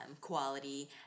quality